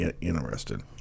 interested